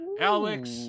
Alex